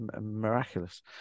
miraculous